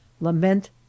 lament